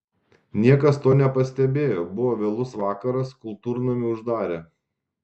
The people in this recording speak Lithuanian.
niekas to nepastebėjo buvo vėlus vakaras kultūrnamį uždarė